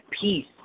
peace